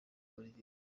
olivier